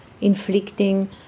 inflicting